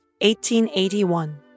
1881